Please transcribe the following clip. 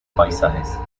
paisajes